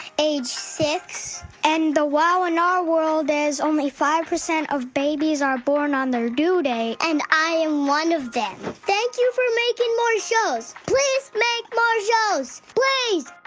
age six point and the wow in our world is only five percent of babies are born on their due date and i am one of them. thank you for making more shows. please make more shows please